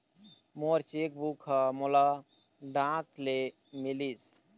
मोर cheque book ह मोला डाक ले मिलिस